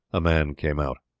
a man came out.